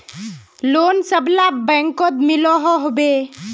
Loan सबला बैंकोत मिलोहो होबे?